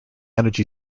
energy